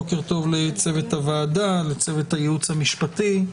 בוקר טוב לצוות הוועדה, לצוות הייעוץ המשפטי,